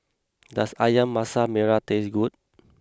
does Ayam Masak Merah taste good